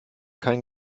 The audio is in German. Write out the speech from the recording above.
kein